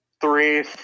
Three